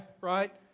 right